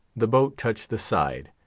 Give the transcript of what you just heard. the boat touched the side,